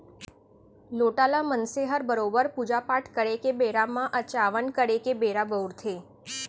लोटा ल मनसे हर बरोबर पूजा पाट करे के बेरा म अचावन करे के बेरा बउरथे